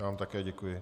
Já vám také děkuji.